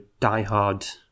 diehard